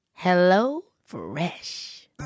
HelloFresh